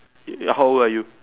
eat it how old are you